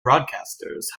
broadcasters